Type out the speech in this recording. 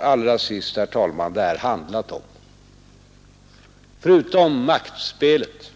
Allra sist, herr talman: Vad har det här handlat om, förutom maktspelet?